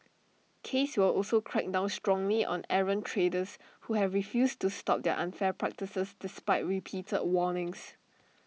case will also crack down strongly on errant traders who have refused to stop their unfair practices despite repeated warnings